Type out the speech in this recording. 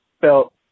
felt –